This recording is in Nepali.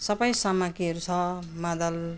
सबै सामाग्रीहरू छ मादल